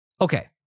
okay